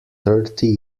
thirty